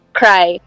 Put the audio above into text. cry